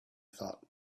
thought